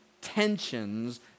tensions